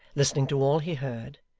listening to all he heard,